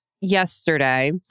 yesterday